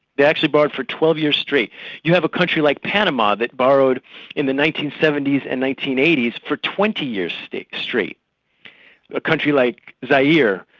they actually borrowed for twelve years straight you have a country like panama that borrowed in the nineteen seventy s and nineteen eighty s for twenty years straight a country like zaire,